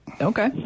Okay